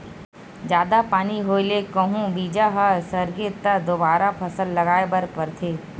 जादा पानी होए ले कहूं बीजा ह सरगे त दोबारा फसल लगाए बर परथे